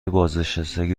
بازنشستگی